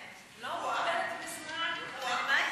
או-אה.